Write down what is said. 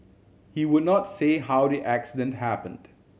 he would not say how the accident happened